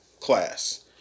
Class